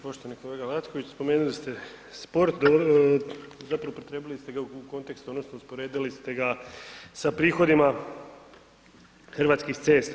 Poštovani kolega Lacković spomenuli ste sport, zapravo pripremili ste ga u kontekstu odnosno usporedili ste ga sa prihodima Hrvatskih cesta.